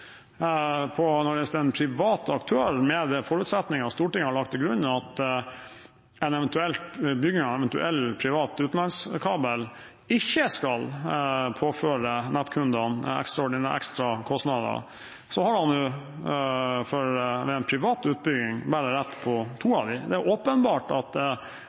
Med de forutsetninger Stortinget har lagt til grunn om at bygging av en eventuell privat utenlandskabel ikke skal påføre nettkundene ekstra kostnader, hadde han ved utbygging av en privat aktør hatt rett på bare to av dem. Det er åpenbart at